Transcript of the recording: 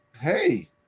Hey